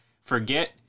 forget